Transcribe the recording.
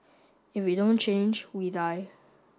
if we don't change we die